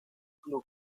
club